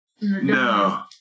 No